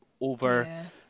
over